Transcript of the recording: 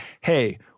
hey